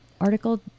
article